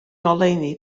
ngoleuni